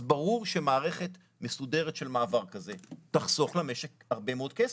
אז ברור שמערכת מסודרת של מעבר כזה תחסוך למשק הרבה מאוד כסף.